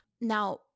Now